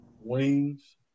Wings